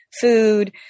food